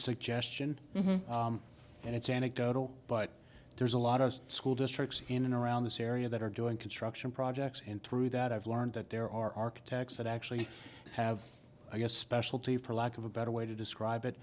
suggestion and it's anecdotal but there's a lot of school districts in and around this area that are doing construction projects and through that i've learned that there are architects that actually have a specialty for lack of a better way to describe it